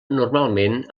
normalment